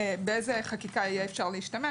באיזו חקיקה אפשר יהיה להשתמש,